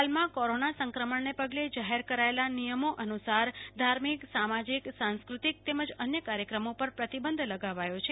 હાલમાં કોરોના સંક્રમણને પગલે જાહેર કરાયેલા નિયમો અનુ સાર ધાર્મિકસામાજીકસાંસ્કૃતિક તેમજ અન્ય કાર્યક્રમો પર પ્રતિબંધ લગાવાયો છે